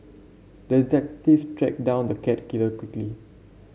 detective tracked down the cat killer quickly